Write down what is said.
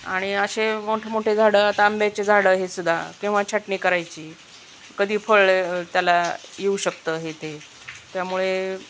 आणि असे मोठमोठे झाडं आता आंब्याचे झाडं हे सुुद्धा किंवा छटणी करायची कधी फळ त्याला येऊ शकतं हे ते त्यामुळे